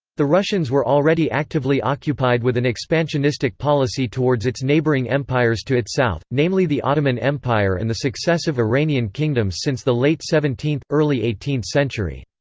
the russians were already actively occupied with an expansionistic policy towards its neighboring empires to its south, namely the ottoman empire and the successive iranian kingdoms since the late seventeenth early eighteenth century.